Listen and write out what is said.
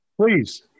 Please